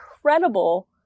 Incredible